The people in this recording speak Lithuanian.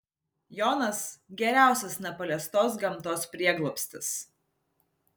jonas geriausias nepaliestos gamtos prieglobstis